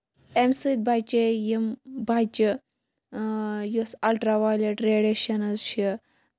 اَمہِ سۭتۍ بَچے یِم بَچہٕ یُس اَلٹرا ویلیٹ ریڈیشَنٔز چھِ